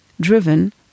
driven